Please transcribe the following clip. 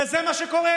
וזה מה שקורה.